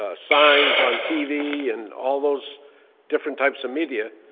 ah signs on tv and all those different types of media,